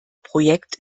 projekt